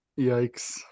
yikes